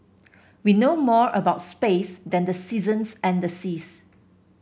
we know more about space than the seasons and the seas